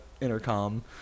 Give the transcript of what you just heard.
intercom